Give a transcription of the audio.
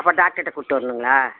அப்போ டாக்ட்ருகிட்ட கூட்டு வரணுங்களா